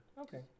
Okay